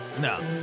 no